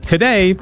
today